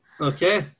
Okay